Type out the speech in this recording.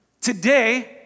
Today